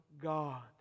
God